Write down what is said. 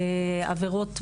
עבירות מין,